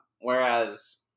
Whereas